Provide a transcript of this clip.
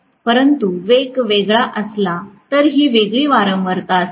परंतु वेग वेगळा असेल तर ही वेगळी वारंवारता असेल